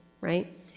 right